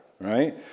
right